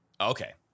okay